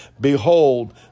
Behold